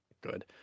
good